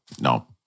No